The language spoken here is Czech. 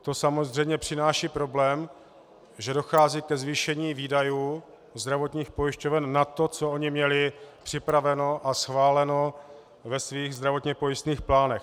To samozřejmě přináší problém, protože dochází ke zvýšení výdajů zdravotních pojišťoven nad to, co ony měly připraveno a schváleno ve svých zdravotně pojistných plánech.